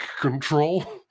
control